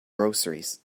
groceries